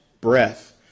breath